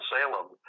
Salem